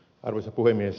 arvoisa puhemies